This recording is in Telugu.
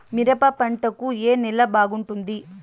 మిరప పంట కు ఏ నేల బాగుంటుంది?